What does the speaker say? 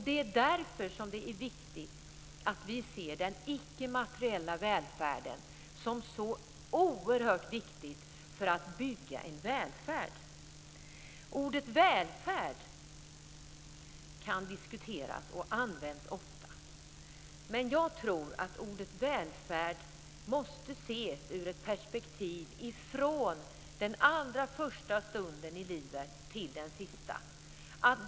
Det är därför som det är viktigt att vi ser den icke materiella välfärden som oerhört viktig för att bygga välfärd. Ordet välfärd kan diskuteras och används ofta. Jag tror att ordet välfärd måste ses i perspektivet från den allra första stunden i livet till den sista.